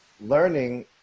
learning